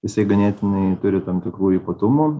jisai ganėtinai turi tam tikrų ypatumų